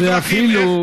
זה אפילו,